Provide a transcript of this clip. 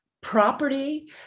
property